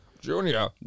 Junior